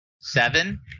Seven